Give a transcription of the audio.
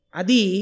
adi